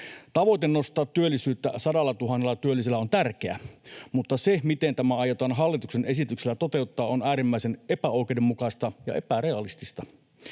Tavoite nostaa työllisyyttä 100 000 työllisellä on tärkeä, mutta se, miten tämä aiotaan hallituksen esityksellä toteuttaa, on äärimmäisen epäoikeudenmukaista ja epärealistista.